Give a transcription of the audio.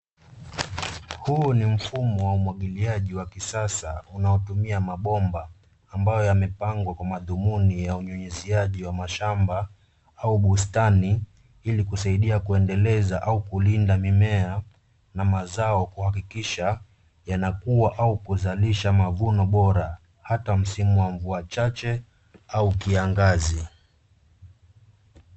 Huu ni mfumo wa umwagialiji wa kisasa unayotumia mapomba , ambayo yamepangwa kwa madhumuni ya unyunyisaji wa mashamba au bustani ilikusaidia kuendeleza au kulinda mimea na mazao kuhakikisha yanakuwa au kuzalisha mafuno bora hata msimu wa mvua chache au kiyangazi.